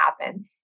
happen